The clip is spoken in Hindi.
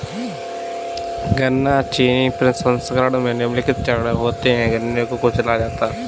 गन्ना चीनी प्रसंस्करण में निम्नलिखित चरण होते है गन्ने को कुचला जाता है